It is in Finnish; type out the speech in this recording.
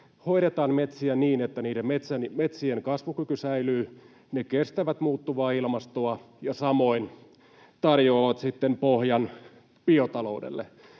Hoidetaan metsiä niin, että niiden kasvukyky säilyy, ne kestävät muuttuvaa ilmastoa ja samoin tarjoavat sitten pohjan biotaloudelle.